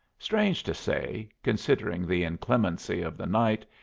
strange to say, considering the inclemency of the night,